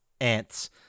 Ants